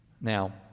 now